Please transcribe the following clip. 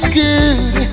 good